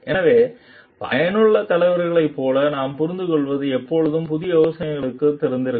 எனவே பயனுள்ள தலைவர்களைப் போல நாம் புரிந்துகொள்வது எப்போதும் புதிய யோசனைகளுக்குத் திறந்திருக்கும்